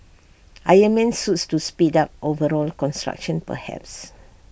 iron man suits to speed up overall construction perhaps